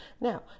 Now